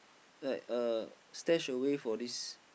like uh stash away for this